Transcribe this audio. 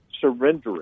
surrendering